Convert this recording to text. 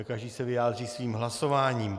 Každý se vyjádří svým hlasováním.